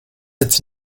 its